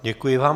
Děkuji vám.